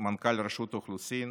מנכ"ל רשות האוכלוסין